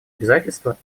обязательства